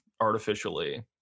artificially